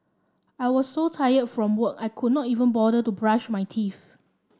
I was so tired from work I could not even bother to brush my teeth